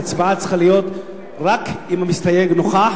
ההצבעה צריכה להיות רק אם המסתייג נוכח.